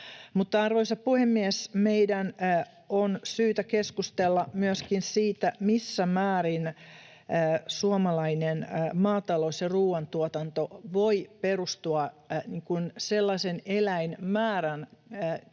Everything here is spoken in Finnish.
arvoisa puhemies, meidän on syytä keskustella myöskin siitä, missä määrin suomalainen maatalous ja ruuantuotanto voivat perustua sellaisen eläinmäärän